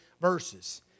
verses